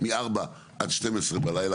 יוליה,